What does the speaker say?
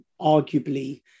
arguably